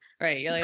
Right